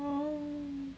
oh